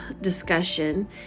discussion